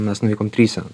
mes nuvykom trise